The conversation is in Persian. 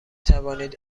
توانید